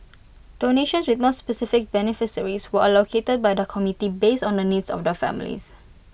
donations with no specific beneficiaries were allocated by the committee based on the needs of the families